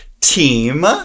team